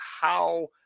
how-